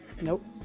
Nope